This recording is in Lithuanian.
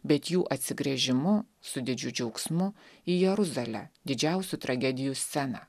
bet jų atsigręžimu su didžiu džiaugsmu į jeruzalę didžiausių tragedijų sceną